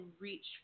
reach